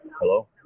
Hello